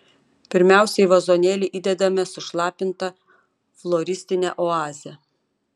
pirmiausia į vazonėlį įdedame sušlapintą floristinę oazę